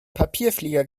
papierflieger